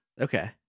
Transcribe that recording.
Okay